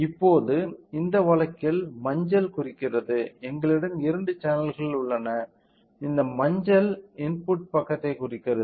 இப்போது இந்த வழக்கில் மஞ்சள் குறிக்கிறது எங்களிடம் இரண்டு சேனல்கள் உள்ளன இந்த மஞ்சள் இன்புட் பக்கத்தைக் குறிக்கிறது